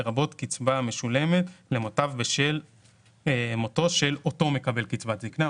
לרבות קצבה המשולמת למוטב בשל מותו של אותו מקבל קצבת זקנה".